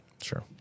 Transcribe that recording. Sure